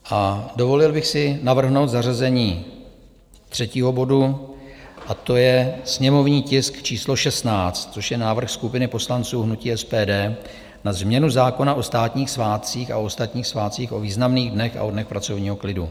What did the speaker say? A dovolil bych si navrhnout zařazení čtvrtého bodu a to je sněmovní tisk číslo 16, což je návrh skupiny poslanců hnutí SPD na změnu zákona o státních svátcích, o ostatních svátcích, o významných dnech a o dnech pracovního klidu.